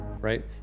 right